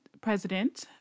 president